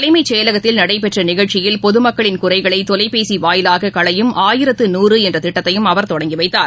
தலைமைச் செயலகத்தில் நடைபெற்ற நிகழ்ச்சியில் பொதுமக்களின் குறைகளை தொலைபேசி வாயிலாக களையும் ஆயிரத்து நூறு என்ற திட்டத்தையும் அவர் தொடங்கி வைத்தார்